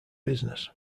business